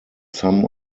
some